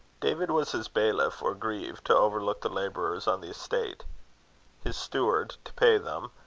david was his bailiff or grieve, to overlook the labourers on the estate his steward to pay them,